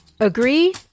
Agree